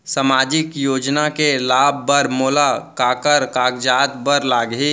सामाजिक योजना के लाभ बर मोला काखर कागजात बर लागही?